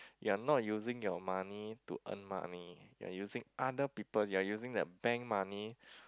you are not using your money to earn money you are using other people you are using the bank money